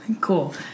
Cool